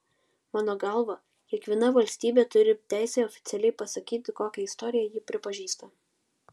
mano galva kiekviena valstybė turi teisę oficialiai pasakyti kokią istoriją ji pripažįsta